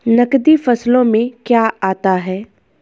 नकदी फसलों में क्या आता है?